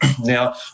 Now